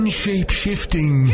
shape-shifting